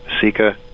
Sika